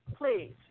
Please